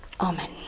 Amen